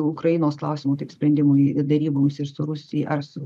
ukrainos klausimu taip sprendimui deryboms ir su rusija ar su